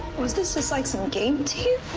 was this just like some game to